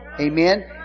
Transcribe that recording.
Amen